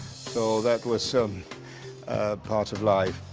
so, that was so um a part of life.